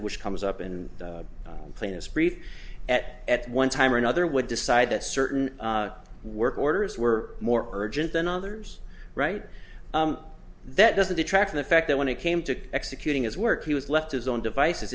which comes up in the plainest brief at at one time or another would decide that certain work orders were more urgent than others right that doesn't detract from the fact that when it came to executing his work he was left his own devices